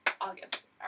August